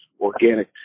organic